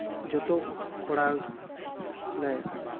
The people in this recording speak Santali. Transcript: ᱡᱚᱛᱚ ᱠᱚᱲᱟ ᱠᱚᱞᱮ